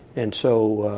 and so